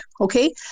okay